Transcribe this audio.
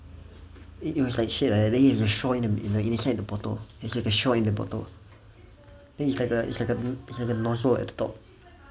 it was like shaped like that then there's a straw in the inside the bottle there's like a straw in the bottle then it's like a it's like a nozzle at the top